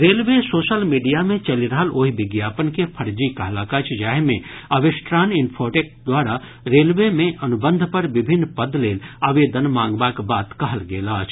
railway social media मे चलि रहल ओहि विज्ञापन के फर्जी कहलक अछि जाहि मे अवेस्ट्रान इन्फोटेक द्वारा रेलवे मे अनुबंध पर विभिन्न पद लेल आवेदन मांगबाक बात कहल गेल अछि